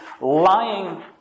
lying